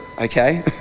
Okay